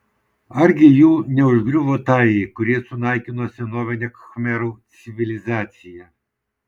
argi jų neužgriuvo tajai kurie sunaikino senovinę khmerų civilizaciją